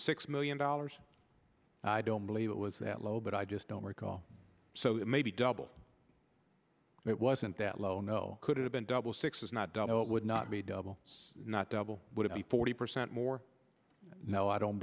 six million dollars i don't believe it was that low but i just don't recall so it may be double it wasn't that low no could it have been double sixes not done it would not be double not double would it be forty percent more no i don't